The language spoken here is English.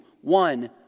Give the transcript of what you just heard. one